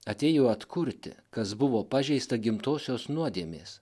atėjo atkurti kas buvo pažeista gimtosios nuodėmės